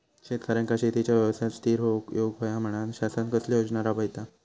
शेतकऱ्यांका शेतीच्या व्यवसायात स्थिर होवुक येऊक होया म्हणान शासन कसले योजना राबयता?